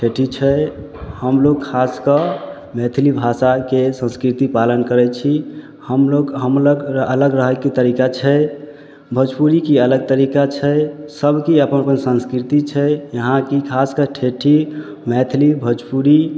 ठेठी छै हमलोक खासकऽ मैथिली भाषाके संस्कृति पालन करै छी हमलोक हमलग अलग रहैके तरीका छै भोजपुरीके अलग तरीका छै सभके अपन अपन संस्कृति छै यहाँ ई खास करि ठेठी मैथिली भोजपुरी